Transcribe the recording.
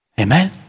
Amen